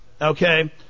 okay